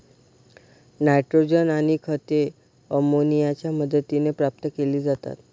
nitrogen आणि खते अमोनियाच्या मदतीने प्राप्त केली जातात